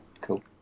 cool